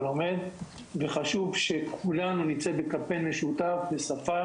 חשוב שכולנו נמצא בקמפיין משותף ובשפה